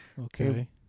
Okay